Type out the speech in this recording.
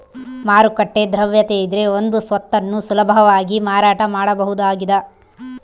ಮಾರುಕಟ್ಟೆ ದ್ರವ್ಯತೆಯಿದ್ರೆ ಒಂದು ಸ್ವತ್ತನ್ನು ಸುಲಭವಾಗಿ ಮಾರಾಟ ಮಾಡಬಹುದಾಗಿದ